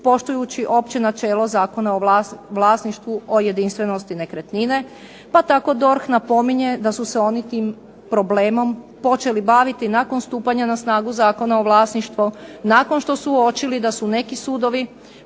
poštujući opće načelo Zakona o vlasništvu, o jedinstvenosti nekretnine. Pa tako DORH napominje da su se oni tim problemom počeli baviti nakon stupanja na snagu Zakona o vlasništvu, nakon što su uočili da su neki sudovi